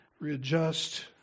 readjust